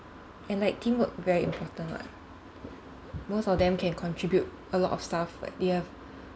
and like teamwork very important [what] most of them can contribute a lot of stuff but they have